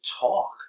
talk